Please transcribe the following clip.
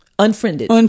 unfriended